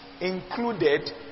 included